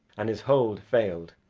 and his hold failed.